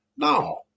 No